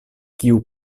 kiu